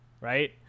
right